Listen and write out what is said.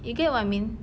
you get what I mean